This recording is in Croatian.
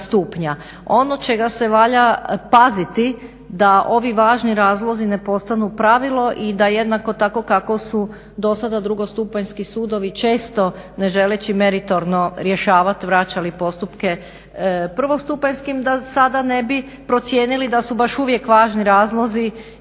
Ono čega se valja paziti da ovi važni razlozi ne postanu pravilo i da jednako tako kako su do sada drugostupanjski sudovi često ne želeći meritorno rješavati vraćali postupke prvostupanjskim, da sada ne bi procijenili da su baš uvijek važni razlozi